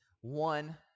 one